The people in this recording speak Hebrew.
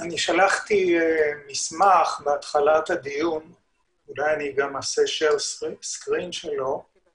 בהמשך היו עוד מספר נושאים שונים שהגיעו אלינו ואנחנו מימנו